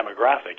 demographic